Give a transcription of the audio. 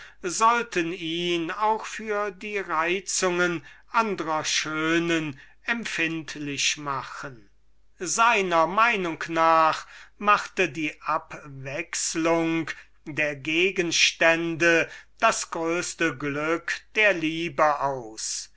sollten ihn auch für die reizungen andrer schönen empfindlich machen seiner meinung nach machte die abwechselung der gegenstände das größeste glück der liebe aus